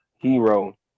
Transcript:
hero